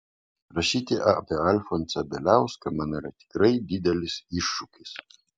rašyti apie alfonsą bieliauską man yra tikrai didelis iššūkis